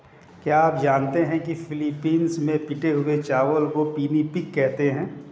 क्या आप जानते हैं कि फिलीपींस में पिटे हुए चावल को पिनिपिग कहते हैं